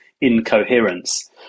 incoherence